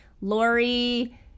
Lori